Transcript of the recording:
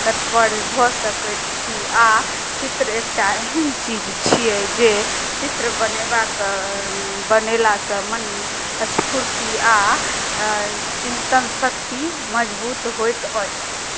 तत्पर भऽ सकैत छी आ चित्र एक टा एहन चीज छियै जे चित्र बनेबाक बनयलासँ मनमे स्फूर्ति आ चिन्तनशक्ति मजबूत होइत अछि